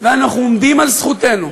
ואנחנו עומדים על זכותנו,